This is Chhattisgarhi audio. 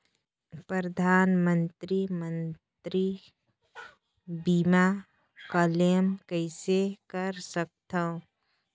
परधानमंतरी मंतरी बीमा क्लेम कइसे कर सकथव?